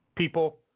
People